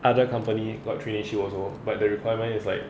other company got traineeship also but the requirement is like